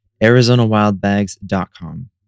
ArizonaWildBags.com